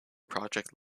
project